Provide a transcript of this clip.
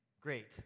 great